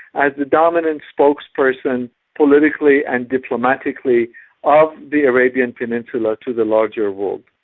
as the dominant spokesperson politically and diplomatically of the arabian peninsula to the larger world.